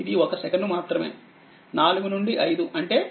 ఇది 1 సెకను మాత్రమే 4 నుండి 5 అంటే 1సెకనుమాత్రమే